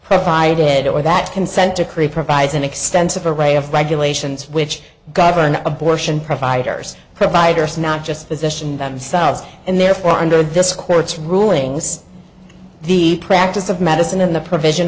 provided or that consent decree provides an extensive a ray of regulations which govern abortion providers providers not just position themselves and therefore under this court's rulings the practice of medicine in the pr